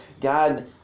God